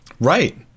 Right